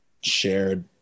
shared